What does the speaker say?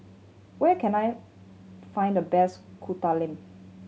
where can I find the best Kuih Talam